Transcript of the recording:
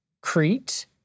Crete